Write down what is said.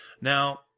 Now